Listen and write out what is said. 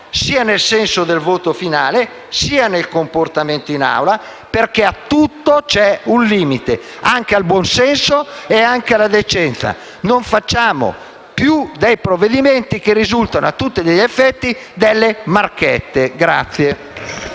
sia nel senso del voto finale sia nel comportamento in Aula, perché a tutto c'è un limite, anche al buon senso e alla decenza. Non facciamo più dei provvedimenti che risultino a tutti gli effetti come delle marchette.